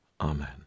amen